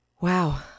Wow